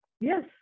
Yes